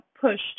pushed